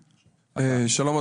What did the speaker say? שלום,